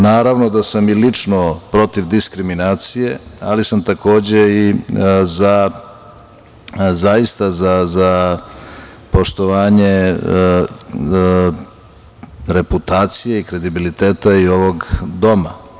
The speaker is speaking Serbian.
Naravno, da sam i lično protiv diskriminacije, ali sam takođe i za poštovanje reputacija i kredibiliteta i ovog doma.